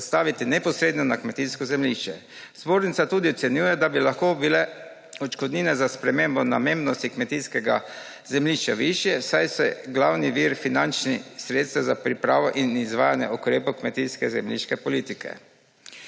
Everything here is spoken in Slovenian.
postaviti neposredno na kmetijsko zemljišče. Zbornica tudi ocenjuje, da bi lahko bile odškodnine za spremembo namembnosti kmetijskega zemljišča višje, saj so glavni vir finančnih sredstev za pripravo in izvajanje ukrepov kmetijske zemljiške politike.